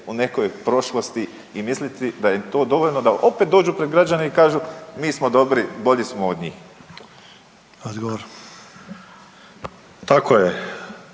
u nekoj prošlosti i misliti da im je to dovoljno da opet dođu pred građane i kažu mi smo dobri, bolji smo od njih. **Sanader,